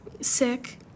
sick